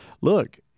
Look